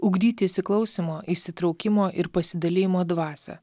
ugdyti įsiklausymo įsitraukimo ir pasidalijimo dvasią